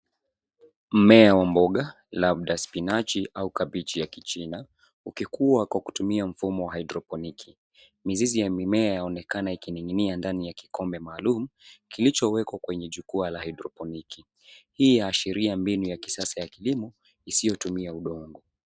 Mmea wa mboga, labda spinachi au kabichi ya kichina, ukikua kwa kutumia mfumo wa haidroponiki. Mizizi ya mimea yaonekana ikining'inia ndani ya kikombe maalum kilichowekwa kwenye jukwaa la haidroponiki. Hii yaashiria mbinu ya kisasa ya kilimo isiyotumia udongo.